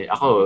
Ako